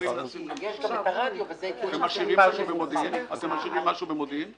יש גם את הרדיו וזה יקרה --- תשאירו משהו במודיעין?